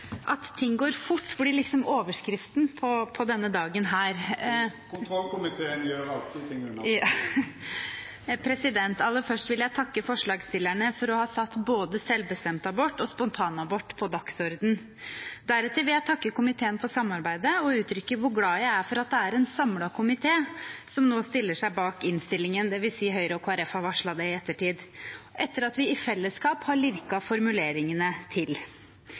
At ting går fort, blir liksom overskriften på denne dagen. Aller først vil jeg takke forslagsstillerne for å ha satt både selvbestemt abort og spontanabort på dagsordenen. Deretter vil jeg takke komiteen for samarbeidet og uttrykke hvor glad jeg er for at det er en samlet komité som nå stiller seg bak innstillingen – det vil si: Høyre og Kristelig Folkeparti har varslet det i ettertid, etter at vi i fellesskap har lirket til formuleringene.